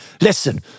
listen